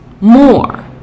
more